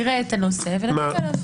נראה את הנושא ונגיב עליו.